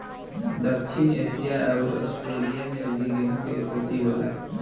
दक्षिण एशिया अउर आस्ट्रेलिया में भी गेंहू के खेती होला